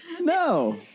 No